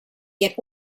get